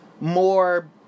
more